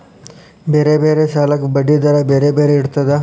ಬೇರೆ ಬೇರೆ ಸಾಲಕ್ಕ ಬಡ್ಡಿ ದರಾ ಬೇರೆ ಬೇರೆ ಇರ್ತದಾ?